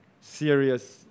serious